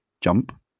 jump